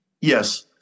Yes